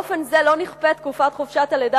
באופן זה לא נכפית תקופת חופשת הלידה